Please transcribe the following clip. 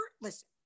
listen